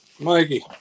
Mikey